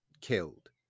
killed